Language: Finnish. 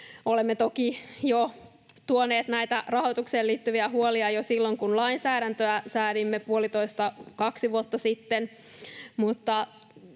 Olemme toki jo tuoneet näitä rahoitukseen liittyviä huolia jo silloin, kun lainsäädäntöä säädimme puolitoista, kaksi vuotta sitten,